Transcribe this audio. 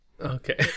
Okay